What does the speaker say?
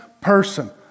person